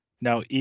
now